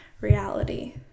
reality